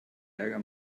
ärger